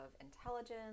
intelligence